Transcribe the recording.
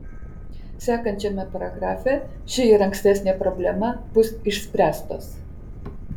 sekančiame paragrafe ši ir ankstesnė problema bus išspręstos